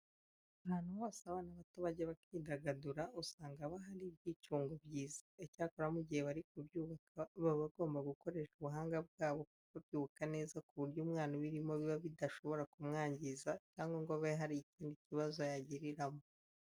Ahantu hose abana bato bajya bakidagadura usanga haba hari ibyicungo byiza. Icyakora mu gihe bari kubyubaka baba bagomba gukoresha ubuhanga bwabo babyubaka neza ku buryo umwana ubirimo biba bidashobora kumwangiza cyangwa ngo abe hari ikindi kibazo yagiriramo.